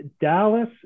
Dallas